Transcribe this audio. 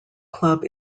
club